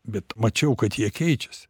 bet mačiau kad jie keičiasi